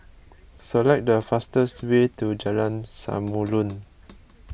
select the fastest way to Jalan Samulun